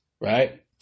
right